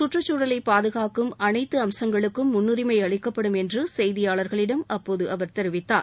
கற்றுக்சூழலை பாதுகாக்கும் அனைத்து அம்சங்களுக்கும் முன்னூரினம அளிக்கப்படும் என்று செய்தியாளர்களிடம் அவர் தெரிவித்தார்